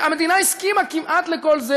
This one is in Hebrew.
והמדינה הסכימה כמעט לכל זה.